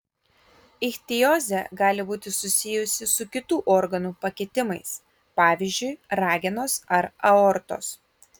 ichtiozė gali būti susijusi su kitų organų pakitimais pavyzdžiui ragenos ar aortos